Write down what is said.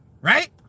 Right